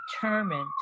determined